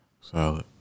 solid